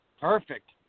Perfect